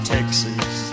Texas